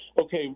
Okay